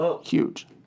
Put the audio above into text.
huge